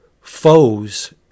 foes